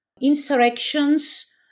insurrections